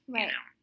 Right